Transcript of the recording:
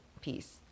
piece